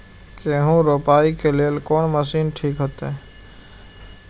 गेहूं रोपाई के लेल कोन मशीन ठीक होते?